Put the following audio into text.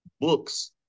books